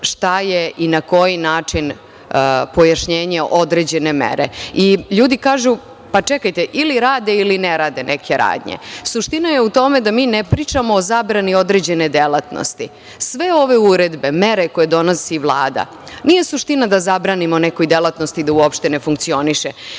šta je i na koji način pojašnjenje određene mere. Ljudi kažu – pa, čekajte ili rade ili ne rade neke radnje. Suština je u tome da mi ne pričamo o zabrani određene delatnosti. Sve ove uredbe, mere koje donosi Vlada, nije suština da zabranimo nekoj delatnosti da uopšte ne funkcioniše,